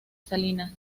salinas